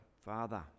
father